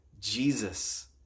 Jesus